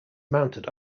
mounted